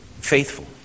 faithful